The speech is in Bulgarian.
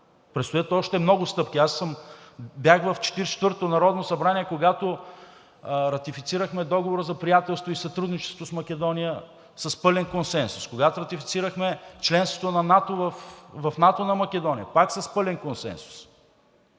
Предстоят още много стъпки. Бях в Четиридесет и четвъртото народно събрание, когато ратифицирахме Договора за приятелство и сътрудничество с Македония с пълен консенсус. Когато ратифицирахме членството в НАТО на Македония, пак с пълен консенсус.